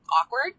awkward